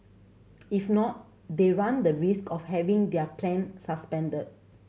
if not they run the risk of having their plan suspended